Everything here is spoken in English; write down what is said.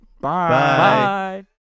Bye